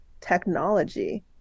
technology